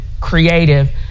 creative